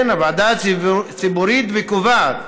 כן, הוועדה הציבורית, וקובעת